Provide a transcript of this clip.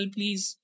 Please